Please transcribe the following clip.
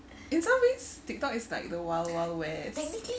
in some ways tiktok is like the wild wild west